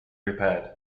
repaired